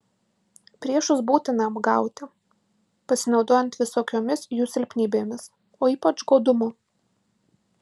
priešus būtina apgauti pasinaudojant visokiomis jų silpnybėmis o ypač godumu